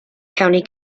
county